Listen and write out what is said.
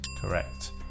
correct